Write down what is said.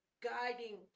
guiding